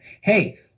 Hey